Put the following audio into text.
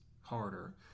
harder